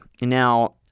Now